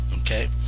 okay